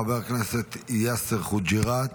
חבר הכנסת יאסר חוג'יראת,